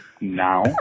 now